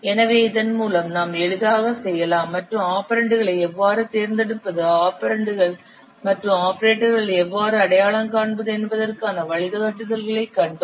எனவே இதன் மூலம் நாம் எளிதாகச் செய்யலாம் மற்றும் ஆபரெண்டுகளை எவ்வாறு தேர்ந்தெடுப்பது ஆபரெண்டுகள் மற்றும் ஆபரேட்டர்களை எவ்வாறு அடையாளம் காண்பது என்பதற்கான வழிகாட்டுதல்களைக் கண்டோம்